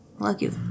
Lucky